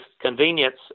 convenience